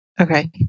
Okay